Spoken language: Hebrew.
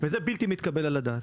וזה בלתי מתקבל על הדעת.